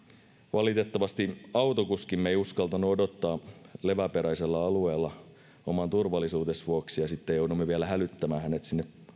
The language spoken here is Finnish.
valitettavasti autokuskimme ei uskaltanut odottaa leväperäisellä alueella oman turvallisuutensa vuoksi ja sitten jouduimme vielä hälyttämään hänet aamuyöllä sinne